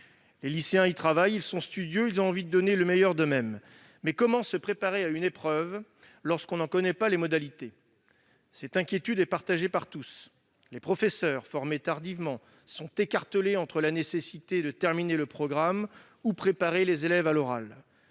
Les lycéens la travaillent et se montrent studieux, car ils ont envie de donner le meilleur d'eux-mêmes. Cependant, comment peut-on se préparer à une épreuve dont on ne connaît pas les modalités ? Cette inquiétude est partagée par tous. Les professeurs, formés tardivement, sont écartelés entre la nécessité de terminer le programme et celle de préparer les élèves à l'oral.